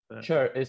Sure